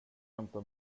hämta